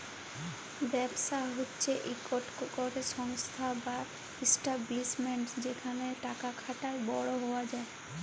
ব্যবসা হছে ইকট ক্যরে সংস্থা বা ইস্টাব্লিশমেল্ট যেখালে টাকা খাটায় বড় হউয়া যায়